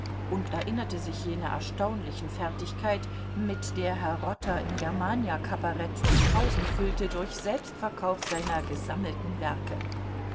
und erinnerte sich jener erstaunlichen fertigkeit mit der herr rotter im germania cabaret die pausen füllte durch selbstverkauf seiner gesammelten werke